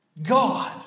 God